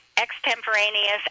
extemporaneous